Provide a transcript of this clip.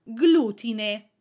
glutine